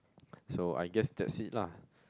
so I guess that's it lah